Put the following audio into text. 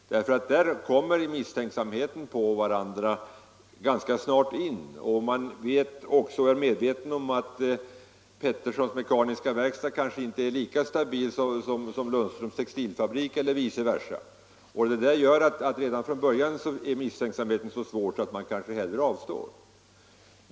Där kommer nämligen misstänksamheten in ganska snart, och man är medveten om att Pettersons mekaniska verkstad kanske inte är lika stabil som Lundströms textilfabrik och vice versa. Detta gör att redan från början är misstänksamheten så stor att man kanske hellre avstår från att organisera sig.